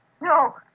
No